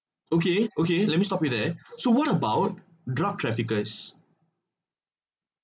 okay okay let me stop you there so what about drug traffickers